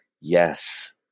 Yes